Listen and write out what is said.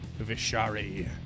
Vishari